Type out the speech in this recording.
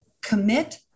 Commit